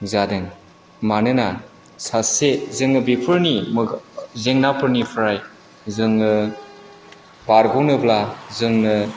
जादों मानोना सासे जोङो बेफोरनि जेंनाफोरनिफ्राय जोङो बारग'नोब्ला जोंनो